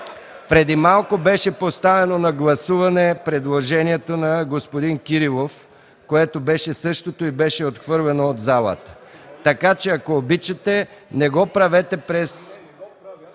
преди малко беше поставено на гласуване предложението на господин Кирилов, което беше същото и беше отхвърлено от залата, така че, ако обичате, не го правете през ...